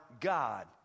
God